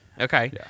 Okay